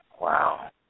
Wow